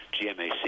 GMAC